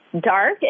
dark